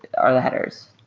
are the headers.